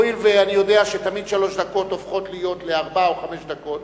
הואיל ואני יודע שתמיד שלוש דקות הופכות לארבע או לחמש דקות,